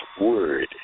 word